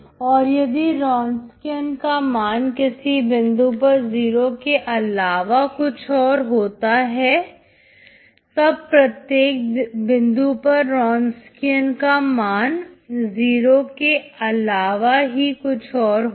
और यदि Wronskian का मान किसी बिंदु पर 0 के अलावा कुछ और होता है तब प्रत्येक बिंदु पर Wronskian का मान 0 के अलावा ही कुछ और होगा